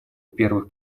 первых